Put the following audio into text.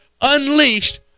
unleashed